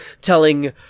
telling